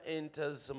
enters